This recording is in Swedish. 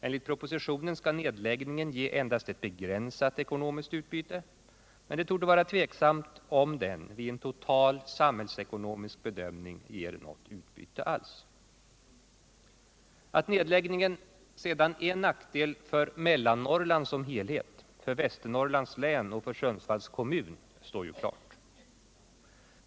Enligt propositionen skall nedläggningen ge endast ett begränsat ekonomiskt utbyte, men det torde vara tvivelaktigt om den vid en total samhällsekonomisk bedömning ger något utbyte alls. Att nedläggningen är en nackdel för Mellannorrland som helhet, för Västernorrlands län och för Sundsvalls kommun står ju klart.